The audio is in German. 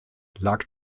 lag